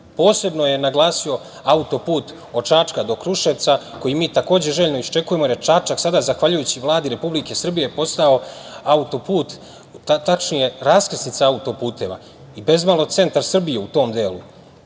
Posebno je naglasio auto-put od Čačka do Kruševca koji mi takođe željno iščekujemo jer je Čačak sada zahvaljujući Vladi Republike Srbije postao auto-put tačnije raskrsnica auto-puteva i bez malo centar Srbije u tom delu. Ono